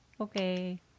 Okay